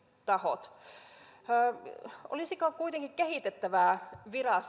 tahot toimivat olisiko kuitenkin kehitettävää